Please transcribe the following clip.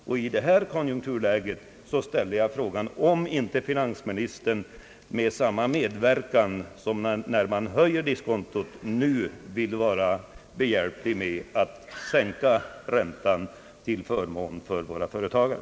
Och i det här konjunkturläget ställde jag frågan, om inte finansministern nu — på samma sätt som när man höjer diskontot — vill vara behjälplig med att sänka räntan till förmån för våra företagare.